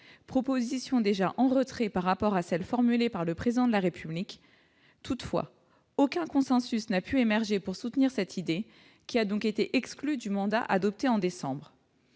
pré-propositions déjà en retrait par rapport à celle formulée par le président de la République toutefois aucun consensus n'a pu émerger pour soutenir cette idée qui a donc été exclu du monde a adopté en décembre,